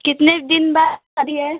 कितने दिन बाद शादी है